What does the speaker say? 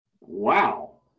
Wow